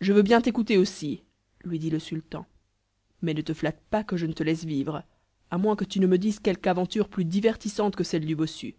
je veux bien t'écouter aussi lui dit le sultan mais ne te flatte pas que je te laisse vivre à moins que tu ne me dises quelque aventure plus divertissante que celle du bossu